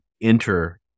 enter